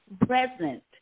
present